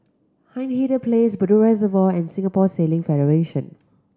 Hindhede Place Bedok Reservoir and Singapore Sailing Federation